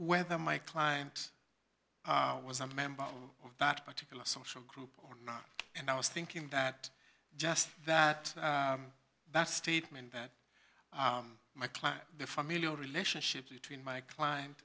whether my client was a member of that particular social group or not and i was thinking that just that that statement that my client the familial relationship between my client